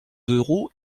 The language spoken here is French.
d’euros